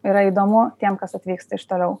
yra įdomu tiem kas atvyksta iš toliau